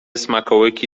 smakołyki